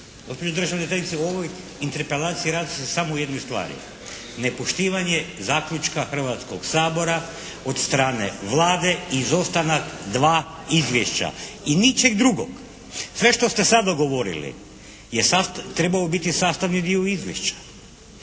ovoj interpelaciji radi se samo o jednoj s tvari, nepoštivanje zaključka Hrvatskoga sabora od strane Vlade, izostanak dva izvješća i ničeg drugog. Sve što ste sada govorili je trebao biti sastavni dio izvješća.